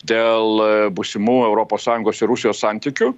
dėl būsimų europos sąjungos ir rusijos santykių